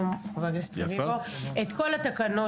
נבקש שתרשמי בסיכום להעביר לוועדה את כל התקנות